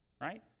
right